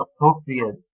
appropriate